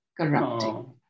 corrupting